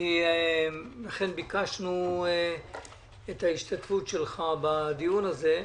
לכן ביקשנו את ההשתתפות שלך בדיון הזה.